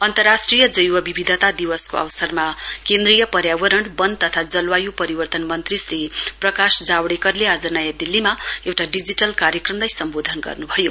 अन्तर्राष्ट्रिय जैव विविधता दिवसको अवसरमा केन्द्रीय पर्यावरण वन तथा जलवायु परिवर्तन मन्त्री श्री प्रकाश जावडेकरले आज नयाँ दिल्लीमा एउटा डिजिटल कार्यक्रमलाई सम्बोधन गर्न् भयो